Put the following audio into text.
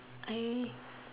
I